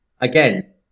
again